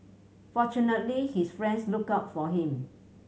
fortunately his friends looked out for him